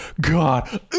god